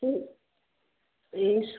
ए